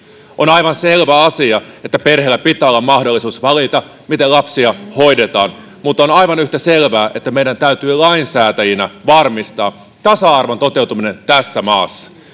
on aivan selvä asia että perheellä pitää olla mahdollisuus valita miten lapsia hoidetaan mutta on aivan yhtä selvää että meidän täytyy lainsäätäjinä varmistaa tasa arvon toteutuminen tässä maassa